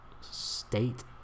state